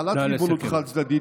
החלת ריבונות חד-צדדית,